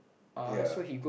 ya